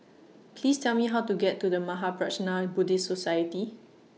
Please Tell Me How to get to The Mahaprajna Buddhist Society